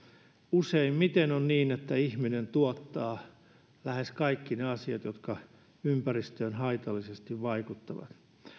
useimmiten on niin että ihminen tuottaa lähes kaikki ne asiat jotka ympäristöön haitallisesti vaikuttavat